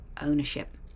ownership